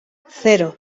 cero